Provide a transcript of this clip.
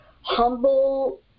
humble